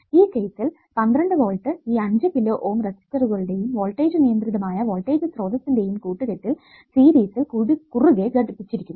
ഈ കേസിൽ 12 വോൾട്ട് ഈ 5 കിലോ ഓം റെസിസ്റ്ററുകളുടെയും വോൾടേജ് നിയന്ത്രിതമായ വോൾടേജ് സ്രോതസ്സിന്റെയും കൂട്ടുകെട്ടിൽ സീരിസിൽ കുറുകെ ഘടിപ്പിച്ചിരിക്കുന്നു